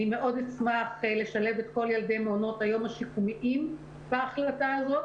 אני מאוד אשמח לשלב את כל ילדי מעונות היום השיקומיים בהחלטה הזאת,